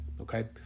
Okay